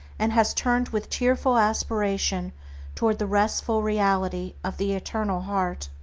and has turned with tearful aspiration toward the restful reality of the eternal heart.